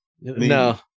No